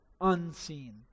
unseen